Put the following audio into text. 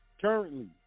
currently